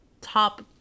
top